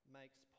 makes